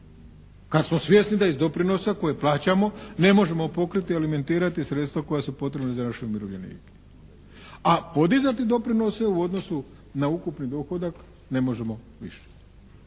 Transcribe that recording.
Kad smo svjesni da iz doprinosa koje plaćamo ne možemo pokriti, alimentirati sredstva koja su potrebna za naše umirovljenike? A podizati doprinose u odnosu na ukupni dohodak ne možemo više